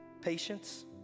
Patience